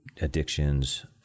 addictions